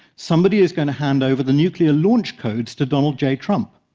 somebody is going to hand over the nuclear launch codes to donald j. trump.